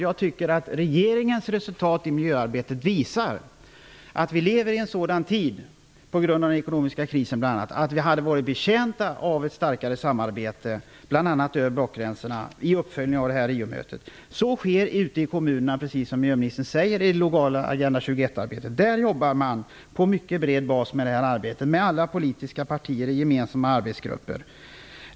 Jag tycker att regeringens resultat i miljöarbetet visar att vi lever i en sådan tid, på grund av den ekonomiska krisen bl.a., att vi hade varit betjänta av ett starkare samarbete över blockgränserna i uppföljningen av Riomötet. Så sker ute i kommunerna, precis som miljöministern säger, i det lokala Agenda 21-arbetet. Där jobbar man på mycket bred bas, med alla politiska partier i gemensamma arbetsgrupper.